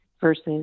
versus